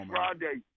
Friday